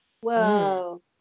whoa